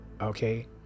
okay